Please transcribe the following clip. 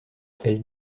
elle